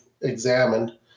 examined